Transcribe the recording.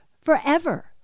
forever